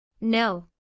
No